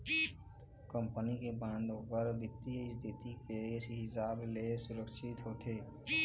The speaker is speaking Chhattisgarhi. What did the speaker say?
कंपनी के बांड ओखर बित्तीय इस्थिति के हिसाब ले सुरक्छित होथे